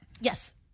Yes